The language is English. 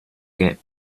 get